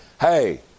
Hey